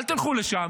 אל תלכו לשם.